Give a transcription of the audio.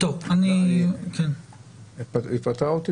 היא פטרה אותי